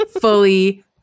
fully